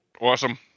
Awesome